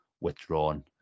withdrawn